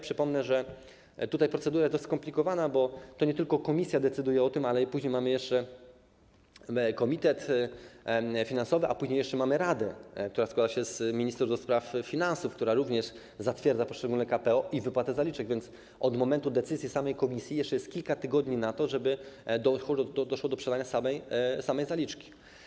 Przypomnę, że tutaj procedura jest dość skomplikowana, bo to nie tylko Komisja decyduje o tym - później mamy jeszcze komitet finansowy, a jeszcze później mamy Radę, która składa się z ministrów do spraw finansów, która również zatwierdza poszczególne KPO i wypłatę zaliczek, więc od momentu decyzji samej Komisji jeszcze jest kilka tygodni na to, żeby doszło do przelania samej zaliczki.